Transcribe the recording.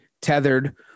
tethered